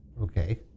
Okay